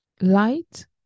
Light